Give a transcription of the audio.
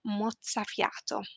mozzafiato